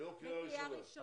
היום קריאה ראשונה.